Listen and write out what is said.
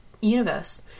universe